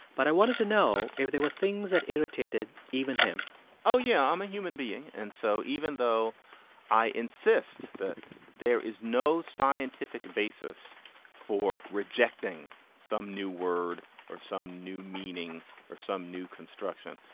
but i wanted to know if there were things that irritated even him oh, yeah, i'm a human being. and so even though i insist that there is no scientific basis for rejecting some new word or some new meaning or some new construction,